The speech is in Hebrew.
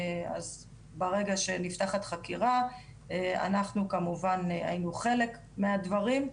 אז ברגע שנפתחת חקירה אנחנו כמובן היינו חלק מהדברים.